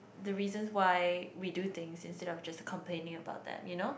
the reasons why we do things instead of just complaining about that you know